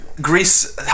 Greece